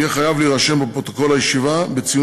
יהיה חייב להירשם בפרוטוקול הישיבה בציון